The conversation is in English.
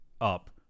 up